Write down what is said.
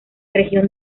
región